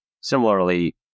similarly